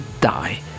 die